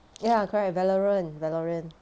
ya correct valorant valorant